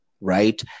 Right